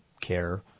care